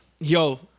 Yo